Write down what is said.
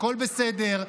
הכול בסדר.